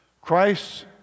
Christ